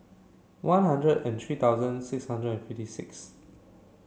one hundred and three thousand six hundred and fifty six